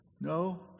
no